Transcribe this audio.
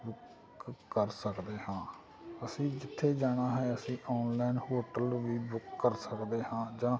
book ਕਰ ਸਕਦੇ ਹਾਂ ਅਸੀਂ ਜਿੱਥੇ ਜਾਣਾ ਹੈ ਅਸੀਂ ਔਨਲਾਇਨ ਹੋਟਲ ਵੀ ਬੁੱਕ ਕਰ ਸਕਦੇ ਹਾਂ ਜਾਂ